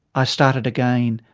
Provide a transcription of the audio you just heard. i started again,